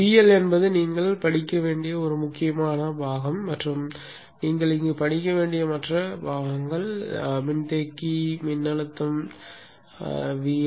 VL என்பது நீங்கள் படிக்க வேண்டிய ஒரு முக்கியமான பாகங்கள் மற்றும் நீங்கள் இங்கு படிக்க வேண்டிய மற்ற பாகங்கள் மின்தேக்கி C மின்னழுத்தம் VL ஆகும்